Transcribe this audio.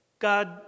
God